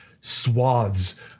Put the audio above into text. swaths